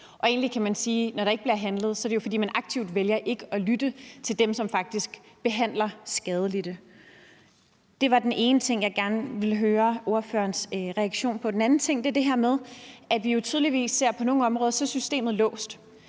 Egentlig kan man sige, at når der ikke bliver handlet, er det jo, fordi man aktivt vælger ikke at lytte til dem, som faktisk behandler skadelidte. Det var den ene ting, jeg gerne ville høre ordførerens reaktion på. Den anden ting er det her med, at vi jo tydeligvis ser, at på nogle områder er systemet låst.